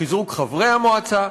חיזוק חברי המועצה,